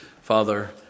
Father